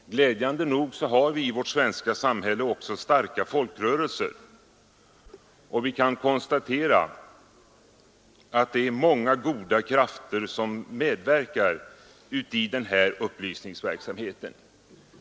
Glädjande nog finns det i vårt svenska samhälle också starka folkrörelser, och vi kan konstatera att det är många goda krafter som medverkar i upplysningsverksamheten.